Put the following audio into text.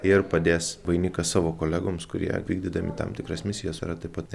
ir padės vainiką savo kolegoms kurie vykdydami tam tikras misijas yra taip pat